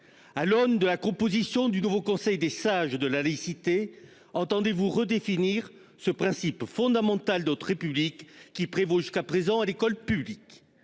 À l'aune de la composition du nouveau conseil des sages de la laïcité. Entendez-vous redéfinir ce principe fondamental d'autres républiques qui prévaut jusqu'à présent à l'école publique